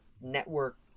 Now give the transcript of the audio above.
network